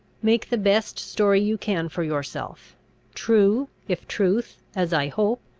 make the best story you can for yourself true, if truth, as i hope,